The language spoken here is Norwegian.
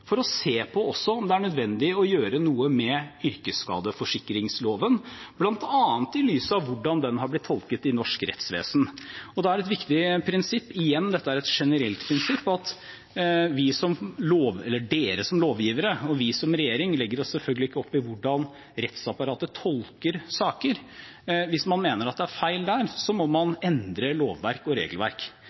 for å se på om det er nødvendig å gjøre noe med yrkesskadeforsikringsloven, bl.a. i lys av hvordan den er blitt tolket i norsk rettsvesen. Da er det et viktig prinsipp – og dette er et generelt prinsipp – at dere som lovgivere og vi som regjering selvfølgelig ikke legger oss opp i hvordan rettsapparatet tolker saker. Hvis man mener at det er feil der, må man endre lovverk og regelverk.